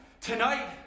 Tonight